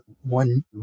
one